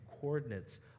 coordinates